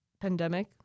pandemic